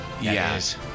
Yes